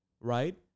Right